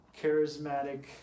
charismatic